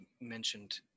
mentioned